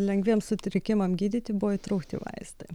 lengviem sutrikimam gydyti buvo įtraukti vaistai